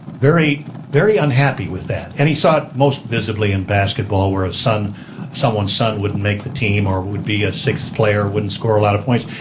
very very unhappy with that. and he saw it most visibly in basketball, where ah someone's son wouldn't make the team or would be a sixth player or wouldn't score a lot of points.